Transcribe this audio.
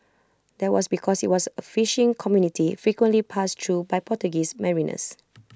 that was because IT was A fishing community frequently passed through by Portuguese mariners